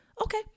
okay